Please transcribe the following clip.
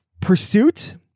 pursuit